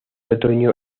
otoño